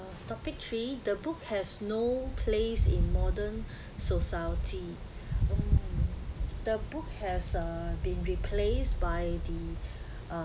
topic three the book has no place in modern society hmm the book has uh been replaced by the uh